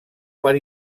per